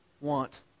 want